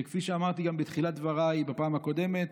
שכפי שאמרתי גם בתחילת דבריי בפעם הקודמת,